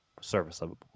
service-level